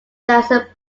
thousand